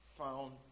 found